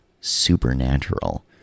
supernatural